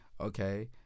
okay